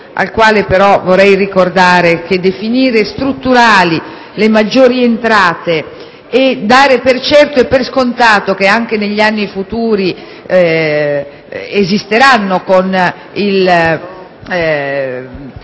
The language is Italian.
al quale però vorrei ricordare che definire strutturali le maggiori entrate e dare per certo e per scontato che anche negli anni futuri si realizzeranno,